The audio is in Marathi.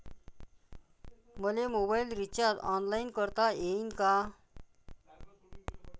मले मोबाईल रिचार्ज ऑनलाईन करता येईन का?